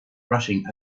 rushing